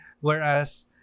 whereas